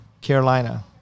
Carolina